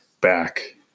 back